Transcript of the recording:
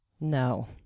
No